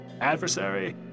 adversary